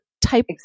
type